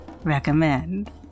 recommend